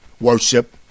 Worship